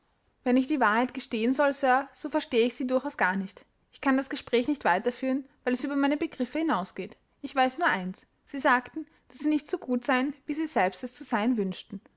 wenn ich die wahrheit gestehen soll sir so verstehe ich sie durchaus gar nicht ich kann das gespräch nicht weiter führen weil es über meine begriffe hinausgeht ich weiß nur eins sie sagten daß sie nicht so gut seien wie sie selbst es zu sein wünschten